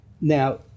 Now